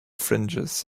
fringes